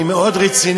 אני מאוד רציני,